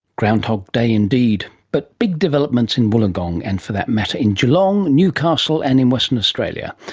groundhog day indeed. but big developments in wollongong and for that matter in geelong, newcastle and in western australia.